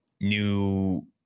new